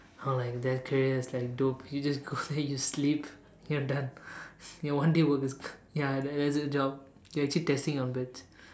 oh like that career is like dope you just go there you sleep you're done your one day work is ya that's your job you're actually testing your beds